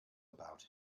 about